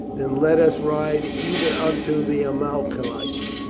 then let us ride even unto the amalekite.